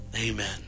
Amen